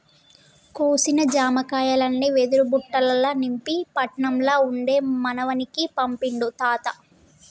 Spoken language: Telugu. కోసిన జామకాయల్ని వెదురు బుట్టలల్ల నింపి పట్నం ల ఉండే మనవనికి పంపిండు తాత